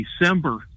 December